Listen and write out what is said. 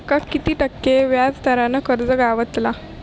माका किती टक्के व्याज दरान कर्ज गावतला?